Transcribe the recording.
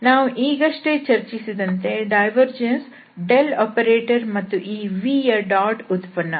ನಾವು ಈಗಷ್ಟೇ ಚರ್ಚಿಸಿದಂತೆ ಡೈವರ್ಜೆನ್ಸ್ ಆಪರೇಟರ್ ಮತ್ತು ಈ vಯ ಡಾಟ್ ಉತ್ಪನ್ನ